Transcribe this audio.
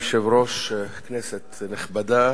אדוני היושב-ראש, כנסת נכבדה,